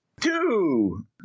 Two